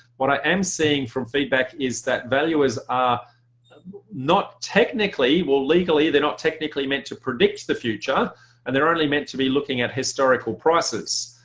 what i am seeing from feedback is that valuers are not technically well legally they're not technically meant to predict the future and they're only meant to be looking at historical prices.